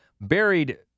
Buried